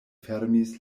fermis